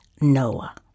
Noah